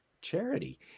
charity